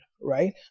right